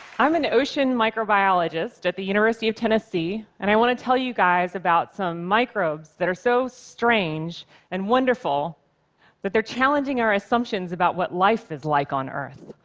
i'm an ocean microbiologist at the university of tennessee, and i want to tell you guys about some microbes that are so strange and wonderful that they're challenging our assumptions about what life is like on earth.